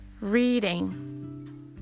Reading